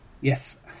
Yes